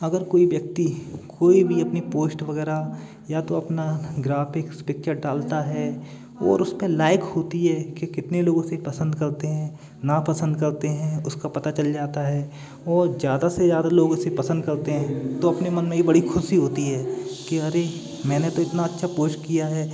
अगर कोई व्यक्ति कोई भी अपनी पोस्ट वगैरह या तो अपना ग्राफिक्स पिक्चर डालता है और उसपे लाइक होती है कि कितने लोगों उसे पसंद करते हैं ना पसंद करते हैं उसका पता चल जाता है वह ज़्यादा से ज़्यादा लोगों से पसंद करते हैं तो अपने मन में भी बड़ी खुशी होती है कि अरे मैंने तो इतना अच्छा पोस्ट किया है